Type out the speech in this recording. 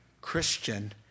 Christian